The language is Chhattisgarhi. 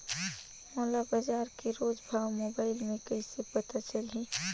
मोला बजार के रोज भाव मोबाइल मे कइसे पता चलही?